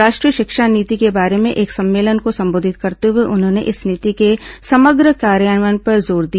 राष्ट्रीय शिक्षा नीति के बारे में एक सम्मेलन को संबोधित करते हुए उन्होंने इस नीति के समग्र कार्यान्वयन पर जोर दिया